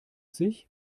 sich